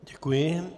Děkuji.